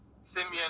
Simeon